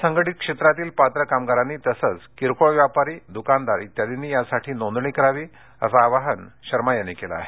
असंघटीत क्षेत्रातील पात्र कामगारांनी तसेच किरकोळ व्यापारी दुकानदार आदींनी यासाठी नोंदणी करावी असं आवाहन शर्मा यांनी केलं आहे